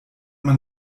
man